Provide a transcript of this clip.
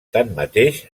tanmateix